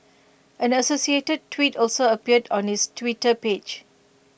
an associated tweet also appeared on his Twitter page